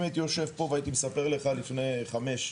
אם הייתי יושב פה והייתי מספר לך לפני חמש שנים,